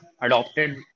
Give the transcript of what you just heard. adopted